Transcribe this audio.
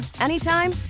anytime